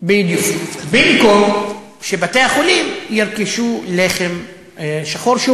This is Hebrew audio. במקום שבתי-החולים ירכשו לחם שחור, בדיוק.